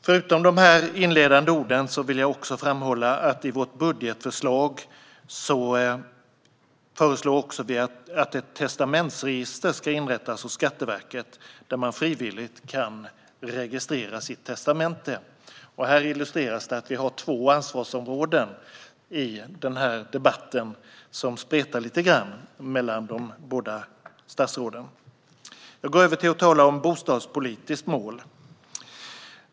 Förutom de här inledande orden vill jag också framhålla att vi i vårt budgetförslag föreslår att ett testamentsregister ska inrättas hos Skatteverket där man frivilligt kan registrera sitt testamente. Här illustreras att vi har två ansvarsområden i den här debatten som spretar lite grann mellan de båda statsråden. Jag går över till att tala om det bostadspolitiska målet.